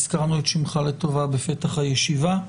הזכרנו את שמך לטובה בפתח הישיבה.